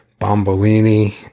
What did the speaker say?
bombolini